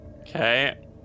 Okay